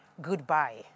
goodbye